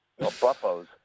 buffos